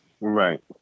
Right